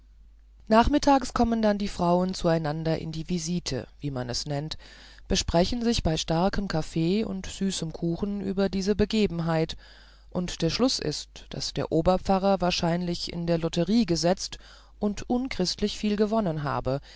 nachmittags kommen dann die frauen zueinander in die visite wie man es nennt besprechen sich bei starkem kaffee und süßem kuchen über diese große begebenheit und der schluß ist daß der oberpfarrer wahrscheinlich in die lotterie gesetzt und unchristlich viel gewonnen habe